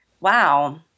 Wow